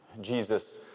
Jesus